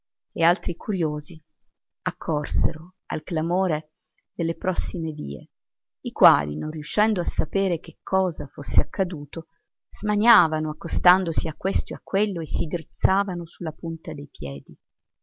e altri curiosi accorsero al clamore dalle prossime vie i quali non riuscendo a sapere che cosa fosse accaduto smaniavano accostandosi a questo e a quello e si drizzavano su la punta dei piedi